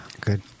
Good